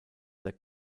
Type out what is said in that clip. their